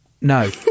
No